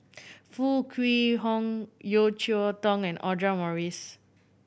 Foo Kwee Horng Yeo Cheow Tong and Audra Morrice